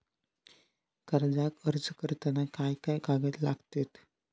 कर्जाक अर्ज करताना काय काय कागद लागतत?